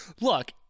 Look